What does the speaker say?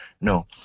No